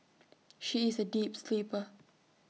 she is A deep sleeper